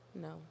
No